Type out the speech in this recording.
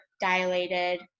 dilated